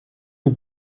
die